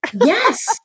Yes